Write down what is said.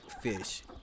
fish